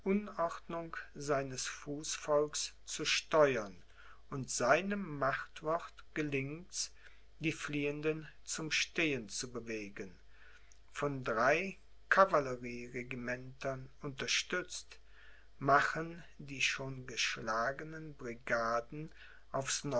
unordnung seines fußvolkes zu steuern und seinem machtwort gelingt's die fliehenden zum stehen zu bewegen von drei cavallerieregimentern unterstützt machen die schon geschlagenen brigaden aufs